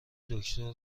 دکتر